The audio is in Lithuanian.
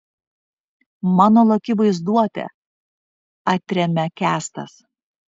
mano laki vaizduotė atremia kęstas